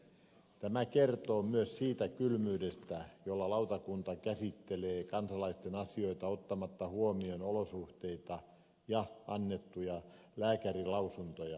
tämä kertoo myös siitä kylmyydestä jolla lautakunta käsittelee kansalaisten asioita ottamatta huomioon olosuhteita ja annettuja lääkärinlausuntoja